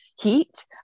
heat